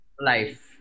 life